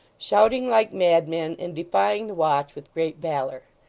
shouting like madmen, and defying the watch with great valour.